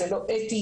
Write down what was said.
זה לא אתי,